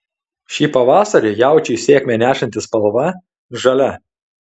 šį pavasarį jaučiui sėkmę nešantį spalva žalia